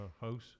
house